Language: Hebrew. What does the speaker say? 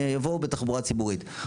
שיבואו בתחבורה ציבורית.